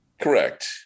Correct